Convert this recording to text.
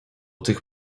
tych